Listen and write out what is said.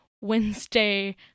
Wednesday